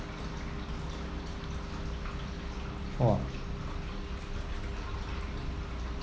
!whoa!